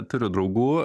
turiu draugų